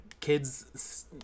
kids